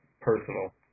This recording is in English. personal